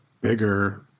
bigger